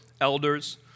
elders